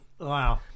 Wow